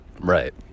Right